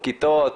כיתות,